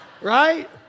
right